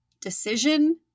decision